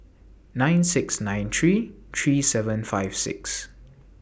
nine six nine three three seven five six